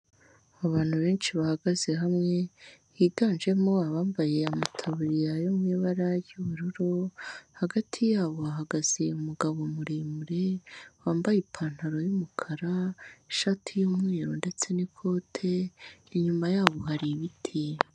Abantu benshi bahagaze hamwe higanjemo abambaye amataburiya yo mubara ry'ubururu, hagati yabo bahagaze umugabo muremure, wambaye ipantaro y'umukara, ishati y'umweru ndetse n'ikote, inyuma yabo hari ibiti.